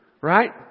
Right